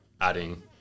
adding